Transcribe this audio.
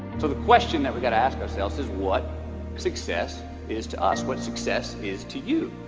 so the question that we gotta ask ourselves is what success is to us? what success is to you?